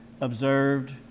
observed